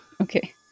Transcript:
Okay